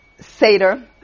Seder